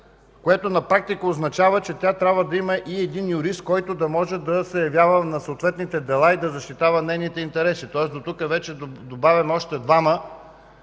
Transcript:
което на практика означава, че трябва да има и един юрист, който може да се явява на съответните дела и да защитава нейните интереси, тоест дотук добавяме още двама